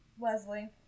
leslie